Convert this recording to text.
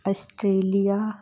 Australia